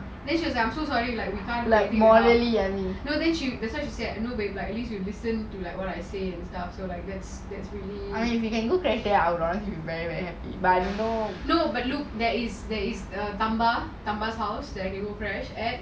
then she was like I'm so sorry then she that's why she said at least you listen to what I say no but look there is there is tamba house that I can go crash like one week tamba house one week